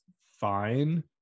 fine